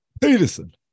Peterson